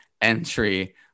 entry